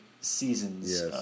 seasons